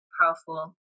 powerful